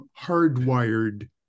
hardwired